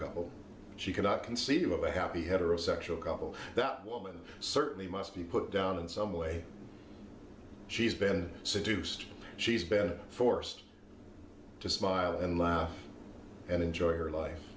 couple she cannot conceive of a happy heterosexual couple that woman certainly must be put down in some way she's been seduced she's bad force just smile and laugh and enjoy her life